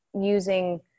using